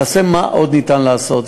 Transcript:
נעשה מה שניתן עוד לעשות.